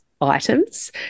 items